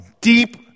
deep